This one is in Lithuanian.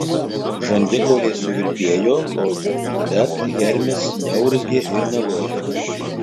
žandikauliai suvirpėjo bet hermis neurzgė ir nelojo